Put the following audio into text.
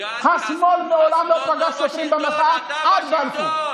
השמאל מעולם לא פגש שוטרים במחאה עד בלפור.